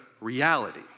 reality